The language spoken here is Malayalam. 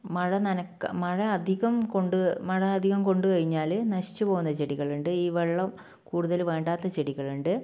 മഴ നനക്കുക മഴ അധികം കൊണ്ട് മഴ അധികം കൊണ്ട് കഴിഞ്ഞാൽ നശിച്ചുപോകുന്ന ചെടികൾ ഉണ്ട് ഈ വെള്ളം കൂടുതൽ വേണ്ടാത്ത ചെടികളുണ്ട്